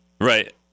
Right